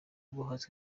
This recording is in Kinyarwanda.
umuhanzi